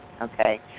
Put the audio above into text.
Okay